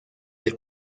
del